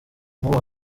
nk’ubu